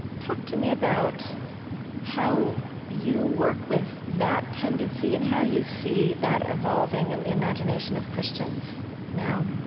talk to me about how you work with that tendency and how you see that evolving in the imagination of christians now